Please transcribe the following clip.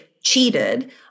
cheated